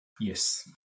Yes